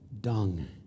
dung